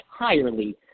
entirely